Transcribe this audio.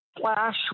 flash